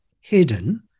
hidden